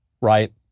right